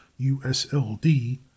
USLD